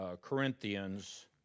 Corinthians